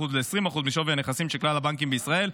ל-20% משווי הנכסים של כלל הבנקים בישראל,